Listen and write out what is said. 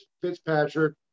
Fitzpatrick